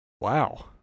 Wow